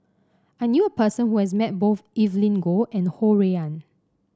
I knew a person who has met both Evelyn Goh and Ho Rui An